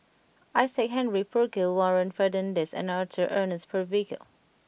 Isaac Henry Burkill Warren Fernandez and Arthur Ernest Percival